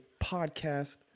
podcast